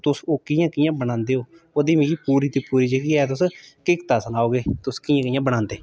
तुस ओह् कि'यां कि'यां मनादे ओ ओह्दी मिगी पूरी दी पूरी जेह्की ऐ क्हीकत सनाओ तुस कि'यां कि'यां मनांदे